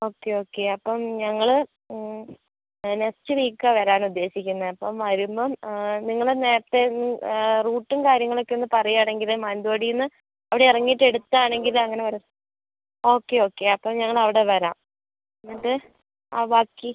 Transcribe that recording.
okay okay അപ്പം ഞങ്ങൾ next week ആണ് വരാൻ ഉദ്ദേശിക്കുന്നത് അപ്പം വരുമ്പോൾ ഞങ്ങൾ നേരത്തെ റൂട്ടും കാര്യങ്ങളും ഒക്കെയൊന്ന് പറയുവാണെങ്കിൽ മാനന്തവാടിയിൽ നിന്ന് അവിടെ ഇറങ്ങിയിട്ട് അടുത്താണെങ്കിൽ അങ്ങനെ വരാം ഓക്കെ ഓക്കെ അപ്പോൾ ഞങ്ങളവിടെ വരാം എന്നിട്ട് ആ ബാക്കി